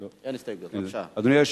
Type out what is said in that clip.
כן, בבקשה.